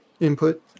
input